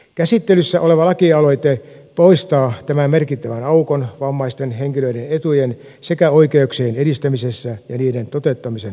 käsittelyssä oleva lakialoite poistaa tämän merkittävän aukon vammaisten henkilöiden etujen sekä oikeuksien edistämisessä ja niiden toteuttamisen valvonnassa